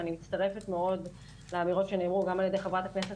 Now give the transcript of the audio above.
אני מצטרפת מאוד לאמירות שנאמרו גם על ידי חברת הכנסת